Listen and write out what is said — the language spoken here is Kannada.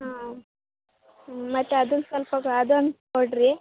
ಹಾಂ ಮತ್ತೆ ಅದನ್ನು ಸ್ವಲ್ಪ ಬಾದಾಮಿ ಕೊಡಿರಿ